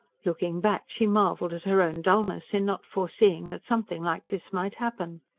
looking back, she marvelled at her own dullness in not fore-seeing that something like this might happen.